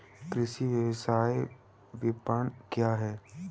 कृषि व्यवसाय विपणन क्या है?